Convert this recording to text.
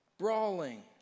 Brawling